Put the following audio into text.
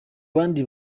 bandi